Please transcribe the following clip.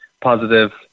positive